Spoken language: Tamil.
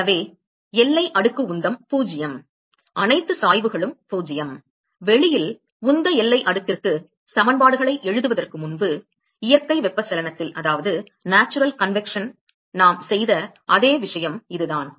எனவே எல்லை அடுக்கு உந்தம் 0 அனைத்து சாய்வுகளும் 0 வெளியில் உந்த எல்லை அடுக்கிற்கு சமன்பாடுகளை எழுதுவதற்கு முன்பு இயற்கை வெப்பச்சலனத்தில் நாம் செய்த அதே விஷயம் இதுதான்